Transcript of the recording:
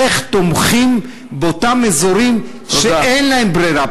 איך תומכים באותם אזורים שאין להם ברירה,